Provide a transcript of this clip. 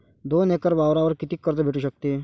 दोन एकर वावरावर कितीक कर्ज भेटू शकते?